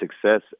success